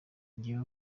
njyewe